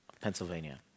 Pennsylvania